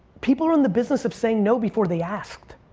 people are in the business of saying, no before they asked.